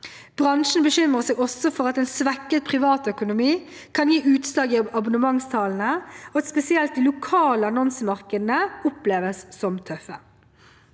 Bransjen bekymrer seg også for at en svekket privatøkonomi kan gi utslag i abonnementstallene, og at spesielt de lokale annonsemarkedene oppleves som tøffe.